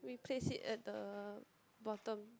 we place it at the bottom